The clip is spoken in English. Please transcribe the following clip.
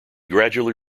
gradually